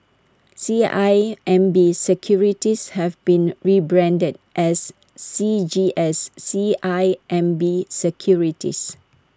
C I M B securities have been rebranded as C G S C I M B securities